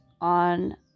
on